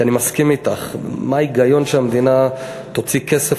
כי אני מסכים אתך: מה ההיגיון שהמדינה תוציא כסף